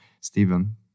Stephen